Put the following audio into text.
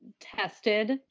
tested